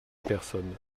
personnes